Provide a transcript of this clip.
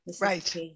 Right